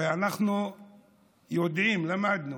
הרי אנחנו יודעים, למדנו: